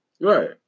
Right